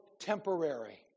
temporary